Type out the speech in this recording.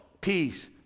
peace